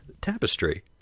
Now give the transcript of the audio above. tapestry